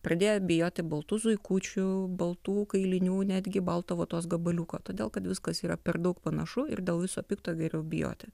pradėjo bijoti baltų zuikučių baltų kailinių netgi balto vatos gabaliuko todėl kad viskas yra per daug panašu ir dėl viso pikto geriau bijoti